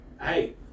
Hey